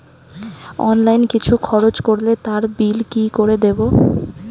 Online কিছু খরচ করলে তার বিল কি করে দেবো?